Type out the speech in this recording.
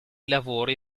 lavori